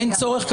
אין צורך,